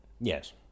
Yes